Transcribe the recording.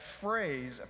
phrase